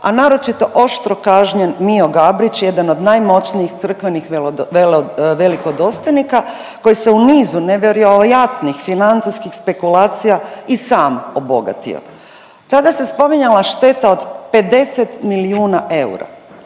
a naročito oštro kažnjen Mijo Gabrić jedan od najmoćnijih crkvenih velikodostojnika koji se u nizu nevjerojatnih financijskih spekulacija i sam obogatio. Tada se spominjala šteta od 50 milijuna eura.